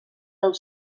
del